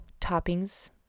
toppings